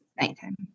nighttime